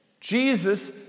Jesus